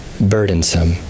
burdensome